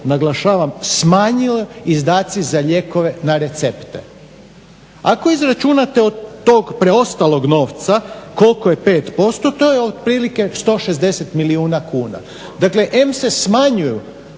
naglašavam smanjilo izdaci za lijekove na recepte. Ako izračunate od tog preostalog novca koliko je 5% to je otprilike 160 milijuna kuna. Dakle, em se smanjuju